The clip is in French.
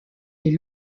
les